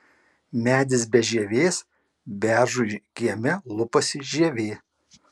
medis be žievės beržui kieme lupasi žievė